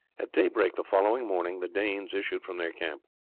at daybreak the following morning the danes issued from their camp.